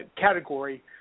category